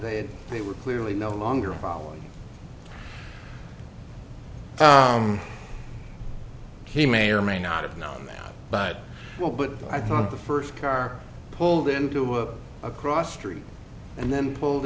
they had they were clearly no longer following he may or may not have known that but well but i thought the first car pulled into a cross street and then pulled